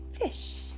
fish